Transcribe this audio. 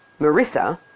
Marissa